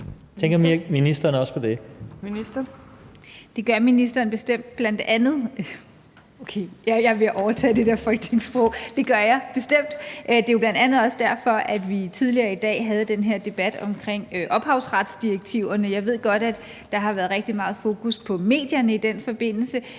det gør jeg bestemt. Det er bl.a. også derfor, at vi tidligere i dag havde den her debat om ophavsretsdirektiverne. Jeg ved godt, der har været rigtig meget fokus på medierne i den forbindelse.